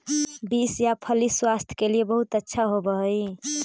beans या फली स्वास्थ्य के लिए बहुत अच्छा होवअ हई